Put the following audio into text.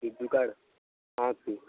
Biju card ହଁ ଅଛି